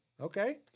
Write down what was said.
Okay